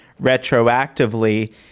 retroactively